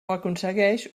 aconsegueix